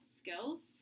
skills